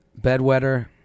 bedwetter